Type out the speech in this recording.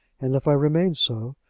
and if i remained so,